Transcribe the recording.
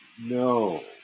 no